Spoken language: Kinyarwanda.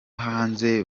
hanze